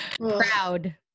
Proud